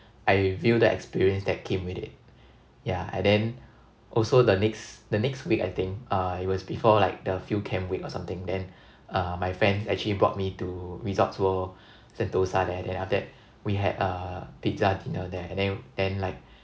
I view the experience that came with it yeah and then also the next the next week I think uh it was before like the field camp week or something then uh my friends actually brought me to resorts world sentosa there then after that we had a pizza dinner there and then then like